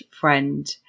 friend